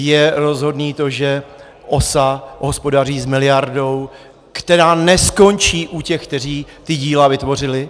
Je rozhodné to, že OSA hospodaří s miliardou, která neskončí u těch, kteří ta díla vytvořili.